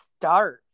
start